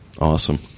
Awesome